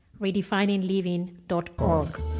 redefiningliving.org